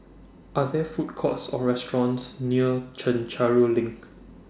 Are There Food Courts Or restaurants near Chencharu LINK